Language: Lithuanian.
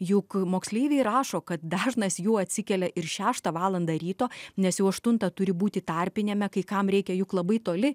juk moksleiviai rašo kad dažnas jų atsikelia ir šeštą valandą ryto nes jau aštuntą turi būti tarpiniame kai kam reikia juk labai toli